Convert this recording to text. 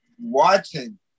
watching